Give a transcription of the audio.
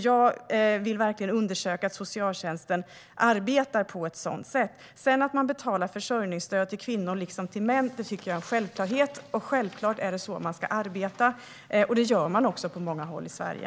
Jag vill verkligen undersöka att socialtjänsten arbetar på ett sådant sätt. Att man sedan betalar försörjningsstöd till kvinnor liksom till män tycker jag är en självklarhet. Självklart är det så man ska arbeta, och det gör man också på många håll i Sverige.